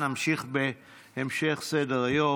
נמשיך בסדר-היום.